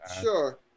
Sure